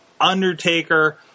Undertaker